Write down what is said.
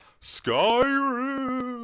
skyrim